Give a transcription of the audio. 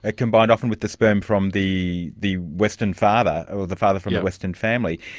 ah combined often with the sperm from the the western father, or the father from the western family.